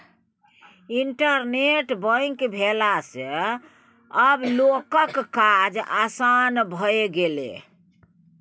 internet bank भेला सँ आब लोकक काज आसान भए गेलै